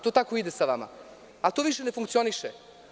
To tako ide sa vama, ali to više ne funkcioniše.